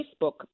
Facebook